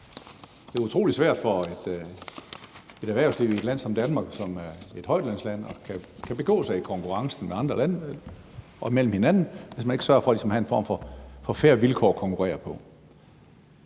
Det er utrolig svært for et erhvervsliv i et land som Danmark, som er et højtlønsland, at begå sig i konkurrencen med andre lande og mellem hinanden, hvis ikke man sørger for ligesom at have en form for fair vilkår at konkurrere på.